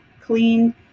clean